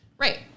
Right